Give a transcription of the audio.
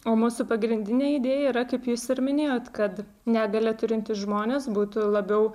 o mūsų pagrindinė idėja yra kaip jūs ir minėjot kad negalią turintys žmonės būtų labiau